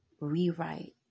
rewrite